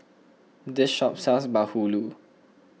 this shop sells Bahulu